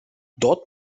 dort